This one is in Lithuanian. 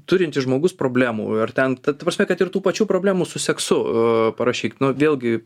turintis žmogus problemų ar ten ta ta prasme kad ir tų pačių problemų su seksu parašyk nu vėlgi